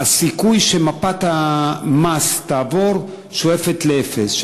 הסיכוי שמפת המס תעבור שואף לאפס.